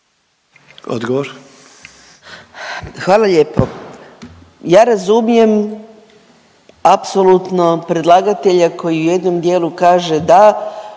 (GLAS)** Hvala lijepo. Ja razumijem apsolutno predlagatelja koji u jednom dijelu kaže, da